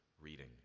reading